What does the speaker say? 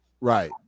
Right